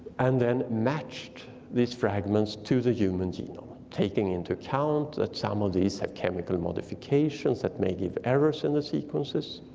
and then matched these fragments to the human genome, taking into account that some of these had chemical modifications that may give errors in the sequences.